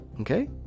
Okay